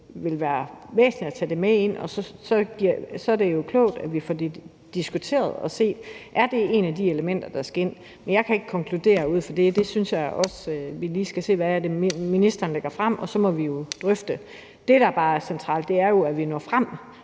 det være væsentligt at tage det med ind, og så er det jo klogt, at vi får det diskuteret og set på, om det er et af de elementer, der skal med. Men jeg kan ikke konkludere ud fra det, og jeg synes også, vi lige skal se, hvad ministeren lægger frem, og så må vi jo drøfte det. Det, der bare er centralt, er jo, at vi når frem